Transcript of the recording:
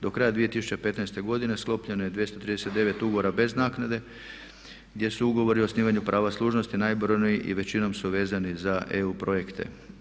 Do kraja 2015. godine sklopljeno je 239 ugovora bez naknade gdje su ugovori o osnivanju prava služnosti najbrojniji i većinom su vezani za EU projekte.